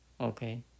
Okay